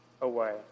away